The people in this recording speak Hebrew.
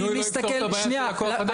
--- הבינוי לא יפתור את הבעיה של כוח האדם.